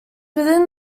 within